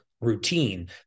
routine